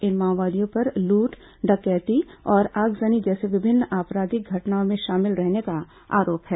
इन माओवादियों पर लूट डकैती और आगजनी जैसी विभिन्न आपराधिक घटनाओं में शामिल रहने का आरोप है